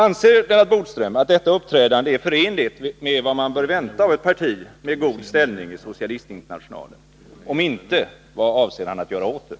Anser Lennart Bodström att detta uppträdande är förenligt med vad man bör vänta av ett parti med god ställning i Socialistinternationalen? Om inte, vad avser han att göra åt det?